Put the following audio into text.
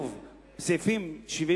אפללו, אתה צריך להעיר לו, הוא שר,